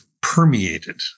permeated